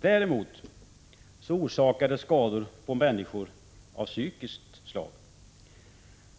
Däremot orsakades skador på människor av psykiskt slag.